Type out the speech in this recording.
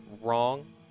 wrong